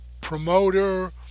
promoter